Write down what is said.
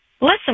listen